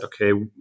okay